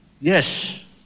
Yes